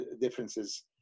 differences